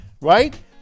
right